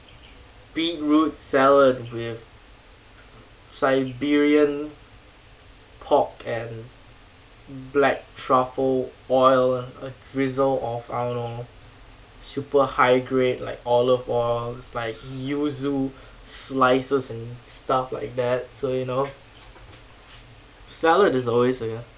beetroot salad with siberian pork and black truffle oil and a drizzle of I don't know super high-grade like olive oil it's like yuzu slices and stuff like that so you know salad is always you know